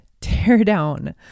teardown